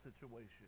situation